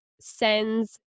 sends